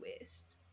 West